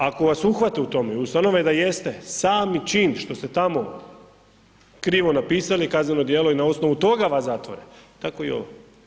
Ako vas uhvate u tome i ustanove da jeste, sami čin što ste tamo krivo napisali kazneno djelo je i na osnovu toga vas zatvore, tako i ovo.